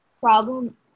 problem